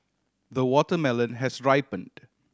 the watermelon has ripened